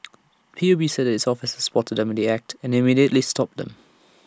P U B said its officers spotted them in the act and immediately stopped them